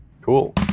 Cool